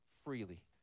freely